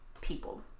people